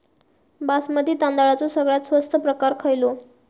बासमती तांदळाचो सगळ्यात स्वस्त प्रकार खयलो?